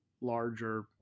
larger